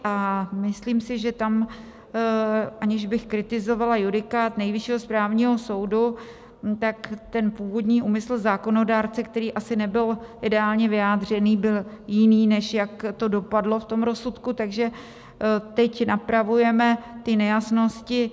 A myslím si, že tam, aniž bych kritizovala judikát Nejvyššího správního soudu, původní úmysl zákonodárce, který asi nebyl ideálně vyjádřený, byl jiný, než jak to dopadlo v tom rozsudku, takže teď napravujeme ty nejasnosti.